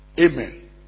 Amen